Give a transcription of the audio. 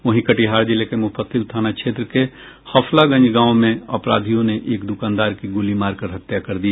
वहीं कटिहार जिले के मुफस्सिल थाना क्षेत्र के हफलागंज गांव में अपराधियों ने एक दुकानदार की गोली मारकर हत्या कर दी